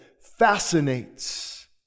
fascinates